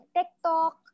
TikTok